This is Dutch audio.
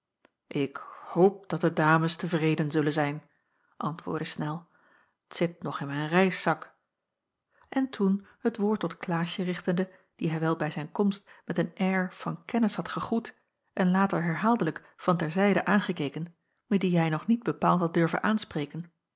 ik hoop dat de dames tevreden zullen zijn antwoordde snel t zit nog in mijn reiszak en toen het woord tot klaasje richtende die hij wel bij zijn komst met een air van kennis had gegroet en later herhaaldelijk van ter zijde aangekeken maar die hij nog niet bepaald had durven aanspreken